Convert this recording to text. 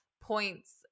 points